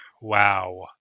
Wow